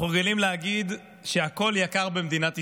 אנחנו רגילים להגיד שהכול יקר במדינת ישראל,